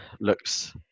looks